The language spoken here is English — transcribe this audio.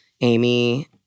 Amy